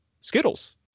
Skittles